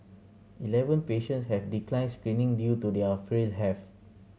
eleven patients have declined screening due to their frail health